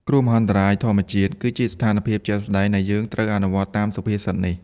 គ្រោះមហន្តរាយធម្មជាតិ គឺជាស្ថានភាពជាក់ស្ដែងដែលយើងត្រូវអនុវត្តតាមសុភាសិតនេះ។